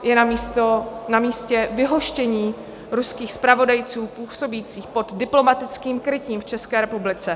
Je namístě vyhoštění ruských zpravodajců působících pod diplomatickým krytím v České republice.